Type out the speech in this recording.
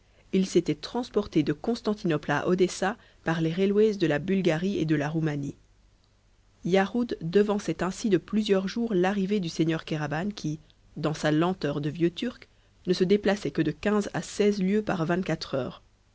il s'était transporté de constantinople à odessa par les railways de la bulgarie et de la roumanie yarhud devançait ainsi de plusieurs jours l'arrivée du seigneur kéraban qui dans sa lenteur de vieux turc ne se déplaçait que de quinze à seize lieues par vingt-quatre heures